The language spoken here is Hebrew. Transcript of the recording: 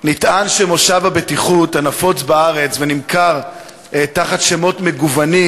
נטען שמושב הבטיחות הנפוץ בארץ ונמכר תחת שמות מגוונים